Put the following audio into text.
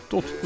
Tot